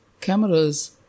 Cameras